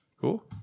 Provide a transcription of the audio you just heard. cool